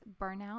burnout